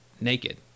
naked